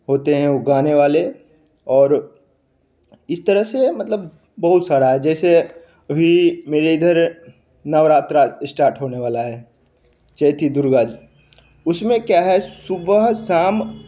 होते हैं वो गाने वाले और इस तरह से मतलब बहुत सारा जैसे अभी मेरे इधर नवरात्रा स्टार्ट होने वाला है चैथी दुर्गा जी उसमें क्या है सुबह शाम